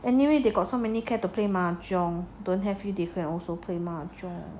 anyway they got so many care to play mahjong don't have you defend also play mahjong